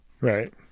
Right